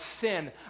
sin